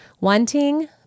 wanting